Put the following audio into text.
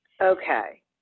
Okay